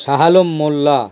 Shah Alam Molla